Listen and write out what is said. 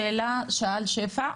השאלה ששאלת, שפע?